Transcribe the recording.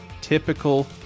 typical